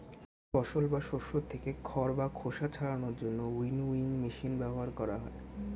ফসল বা শস্য থেকে খড় বা খোসা ছাড়ানোর জন্য উইনউইং মেশিন ব্যবহার করা হয়